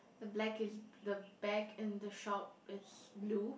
the black is the back in the shop is blue